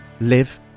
live